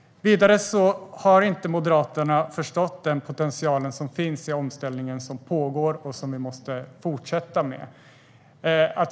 Vidare har Moderaterna inte förstått potentialen som finns i den omställning som pågår och som vi måste fortsätta med.